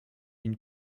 une